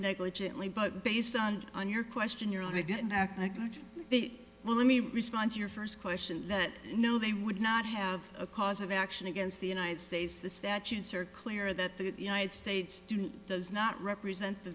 negligently but based on on your question your idea and the well let me respond to your first question that no they would not have a cause of action against the united states the statutes are clear that the united states student does not represent the